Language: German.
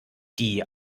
die